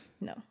No